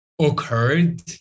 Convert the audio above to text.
occurred